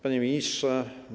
Panie Ministrze!